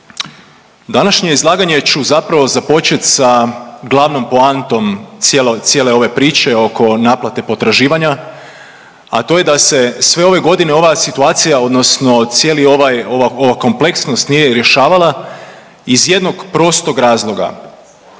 Današnje izlaganje ću zapravo započet sa glavnom poantom cijele ove priče oko naplate potraživanja, a to je da se sve ove godine ova situacija odnosno cijeli ovaj, ova kompleksnost nije rješavala iz jednog prostog razloga,